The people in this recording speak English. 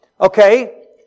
Okay